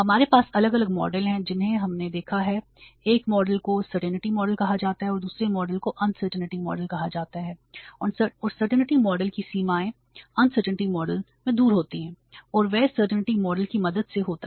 हमारे पास अलग अलग मॉडल की मदद से होती हैं